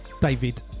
David